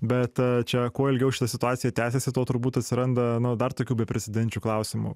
bet čia kuo ilgiau šita situacija tęsiasi tuo turbūt atsiranda dar tokių beprecedenčių klausimų